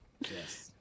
Yes